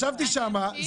ישבתי שם,